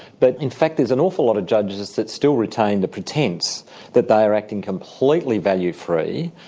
but in fact there's an awful lot of judges that still retain the pretence that they are acting completely value-free,